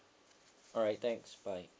alright thanks bye